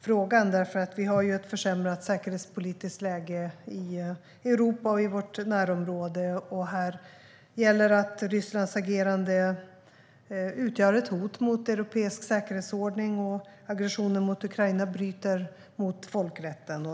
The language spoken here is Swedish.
frågan. Vi har ett försämrat säkerhetspolitiskt läge i Europa och i vårt närområde. Rysslands agerande utgör ett hot mot europeisk säkerhetsordning. Aggressionen mot Ukraina bryter mot folkrätten.